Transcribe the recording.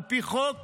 על פי חוק